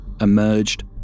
emerged